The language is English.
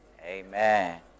Amen